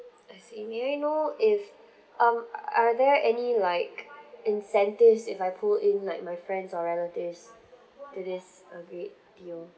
I see may I know if um are there any like incentives if I pull in like my friends or relatives to this uh great deal